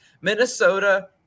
Minnesota